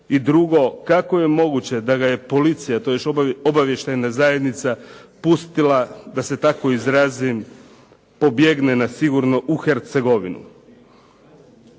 I drugo, kako je moguće da ga je policija, i to još obavještajna zajednica pustila, da se tako izrazim, pobjegne na sigurno u Hercegovinu?